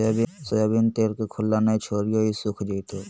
soybean तेल के खुल्ला न छोरीहें ई सुख जयताऊ